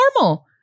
normal